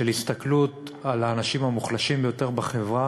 של הסתכלות על האנשים המוחלשים ביותר בחברה